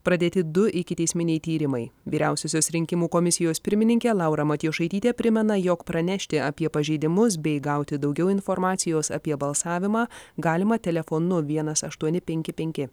pradėti du ikiteisminiai tyrimai vyriausiosios rinkimų komisijos pirmininkė laura matijošaitytė primena jog pranešti apie pažeidimus bei gauti daugiau informacijos apie balsavimą galima telefonu vienas aštuoni penki penki